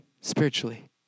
spiritually